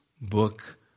book